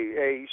hey